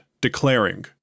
declaring